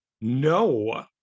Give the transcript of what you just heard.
no